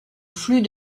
flux